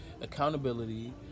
accountability